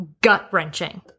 gut-wrenching